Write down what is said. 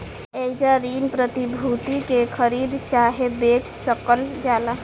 एइजा ऋण प्रतिभूति के खरीद चाहे बेच सकल जाला